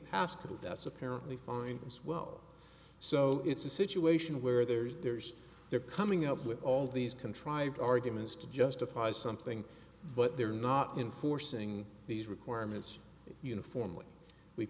haskel that's apparently fine as well so it's a situation where there's there's they're coming up with all these contrived arguments to justify something but they're not enforcing these requirements uniformly we've